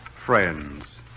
friends